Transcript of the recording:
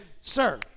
Sir